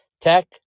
Tech